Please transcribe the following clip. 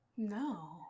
no